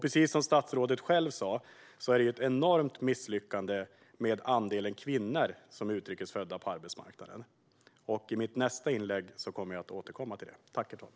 Precis som statsrådet själv sa är det ett enormt misslyckande när det gäller andelen utrikes födda kvinnor på arbetsmarknaden. Jag kommer att återkomma till det i mitt nästa inlägg.